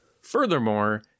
Furthermore